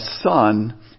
son